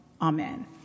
Amen